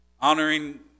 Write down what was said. honoring